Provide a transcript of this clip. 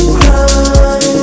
cry